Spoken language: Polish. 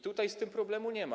Tutaj z tym problemu nie ma.